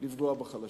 לפגוע בחלשים.